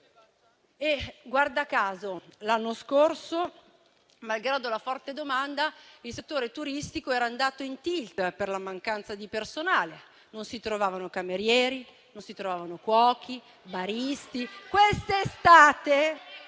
Guarda caso, l'anno scorso, malgrado la forte domanda, il settore turistico era andato in *tilt* per la mancanza di personale: non si trovavano camerieri, cuochi o baristi. *(Commenti).*